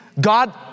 God